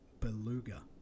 Beluga